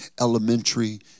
elementary